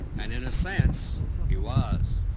and in a sense he was.